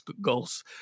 goals